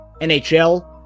NHL